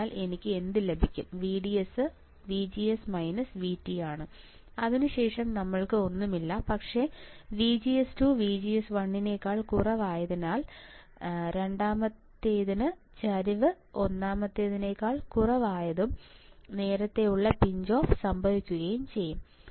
അതിനാൽ എനിക്ക് എന്ത് ലഭിക്കും VDS VGS VT അതിനുശേഷം ഞങ്ങൾക്ക് ഒന്നുമില്ല പക്ഷേ VGS2VGS1 ആയതിനാലാണ് രണ്ടാമത്തേതിന് ചരിവ് ഒന്നാമത്തെ തിനേക്കാൾ കുറവായതും നേരത്തെയുള്ള പിഞ്ച് ഓഫ് സംഭവിക്കുന്നതും